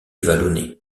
vallonné